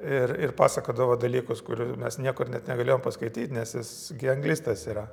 ir ir pasakodavo dalykus kurių mes niekur net negalėjom paskaityt nes jis gi anglistas yra